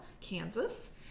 Kansas